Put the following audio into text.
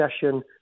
session